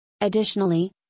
Additionally